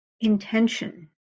intention